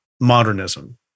modernism